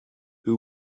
who